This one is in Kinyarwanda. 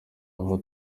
aho